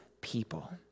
people